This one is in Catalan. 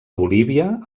bolívia